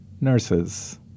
nurses